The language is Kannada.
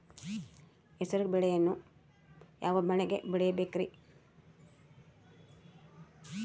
ಹೆಸರುಬೇಳೆಯನ್ನು ಯಾವ ಮಳೆಗೆ ಬೆಳಿಬೇಕ್ರಿ?